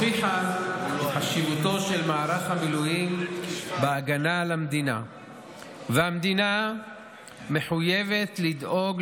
למה בתקציב המדינה אתם מעודדים השתמטות מצה"ל?